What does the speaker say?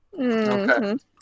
Okay